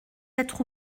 être